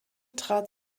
trat